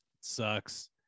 Sucks